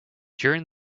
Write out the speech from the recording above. during